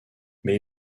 mais